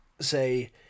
say